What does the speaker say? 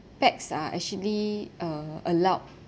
pax are actually uh allowed